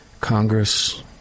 Congress